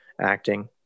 acting